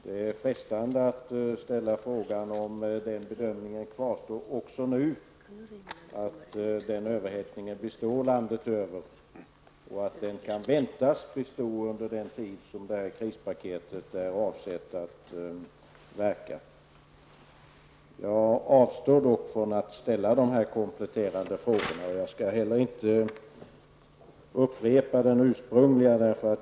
Det är frestande att ställa frågan om den bedömningen kvarstår även nu, om överhettningen består landet över och om den kan väntas bestå under den tid detta krispaket är avsett att verka. Jag avstår dock från att ställa dessa kompletterande frågor. Jag skall heller inte upprepa den ursprungliga frågan.